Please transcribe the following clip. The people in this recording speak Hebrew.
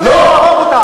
לא כדי להרוג אותם.